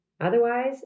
Otherwise